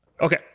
Okay